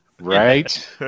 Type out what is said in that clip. Right